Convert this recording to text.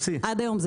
עד היום זה